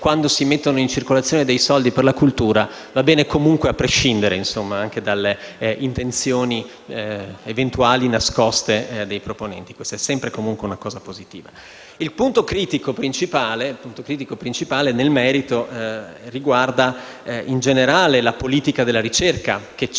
quando si mettono in circolazione dei soldi per la cultura va bene a prescindere dalle eventuali intenzioni nascoste dei proponenti. Questa è sempre una cosa positiva. Il punto critico principale nel merito riguarda in generale la politica della ricerca che non